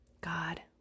God